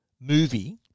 movie